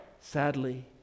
Sadly